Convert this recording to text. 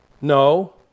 No